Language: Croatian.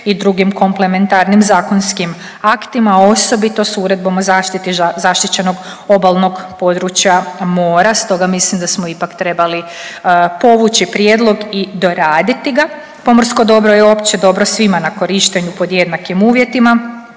i drugim komplementarnim zakonskim aktima, osobito s Uredbom o zaštiti zaštićenog obalnog područja mora, stoga mislim da smo ipak trebali povući prijedlog i doraditi ga. Pomorsko dobro je opće dobro svima na korištenju pod jednakim uvjetima,